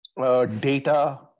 data